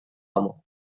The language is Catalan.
amo